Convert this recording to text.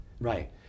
Right